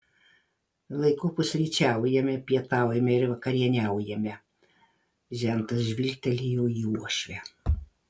laiku pusryčiaujame pietaujame ir vakarieniaujame žentas žvilgtelėjo į uošvę